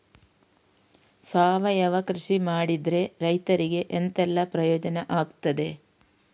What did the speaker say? ಸಾವಯವ ಕೃಷಿ ಮಾಡಿದ್ರೆ ರೈತರಿಗೆ ಎಂತೆಲ್ಲ ಪ್ರಯೋಜನ ಆಗ್ತದೆ?